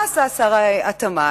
מה עשה שר התמ"ת?